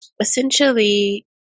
essentially